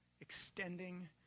extending